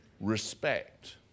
respect